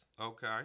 Okay